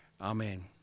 Amen